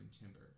Timber